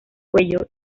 cuello